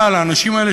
אבל האנשים האלה,